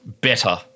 better